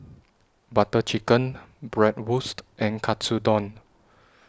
Butter Chicken Bratwurst and Katsudon